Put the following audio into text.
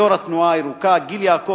יושב-ראש, "התנועה הירוקה"; גיל יעקב,